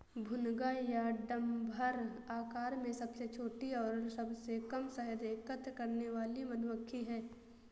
भुनगा या डम्भर आकार में सबसे छोटी और सबसे कम शहद एकत्र करने वाली मधुमक्खी है